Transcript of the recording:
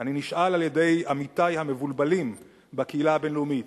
אני נשאל על-ידי עמיתי המבולבלים בקהילה הבין-לאומית